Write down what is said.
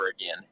again